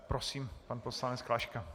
Prosím, pan poslanec Klaška.